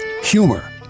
Humor